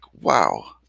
wow